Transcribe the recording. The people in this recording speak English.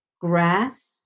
grass